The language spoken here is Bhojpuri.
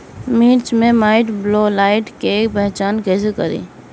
मिर्च मे माईटब्लाइट के पहचान कैसे करे?